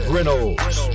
Reynolds